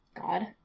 God